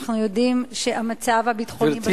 אנחנו יודעים שהמצב הביטחוני בשטחים,